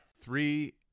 Three